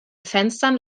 fenstern